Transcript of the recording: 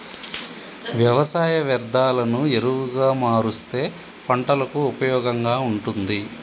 వ్యవసాయ వ్యర్ధాలను ఎరువుగా మారుస్తే పంటలకు ఉపయోగంగా ఉంటుంది